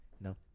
no